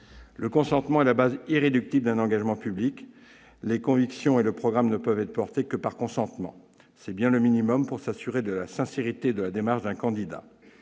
Le consentement est la base irréductible d'un engagement public. Les convictions et le programme ne peuvent être portés que par consentement. C'est bien le minimum pour s'assurer de la sincérité de la démarche d'un candidat.